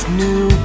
new